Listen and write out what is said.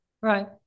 Right